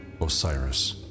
Osiris